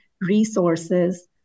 resources